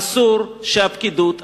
אסור שהפקידות,